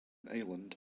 island